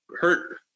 hurt